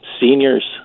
seniors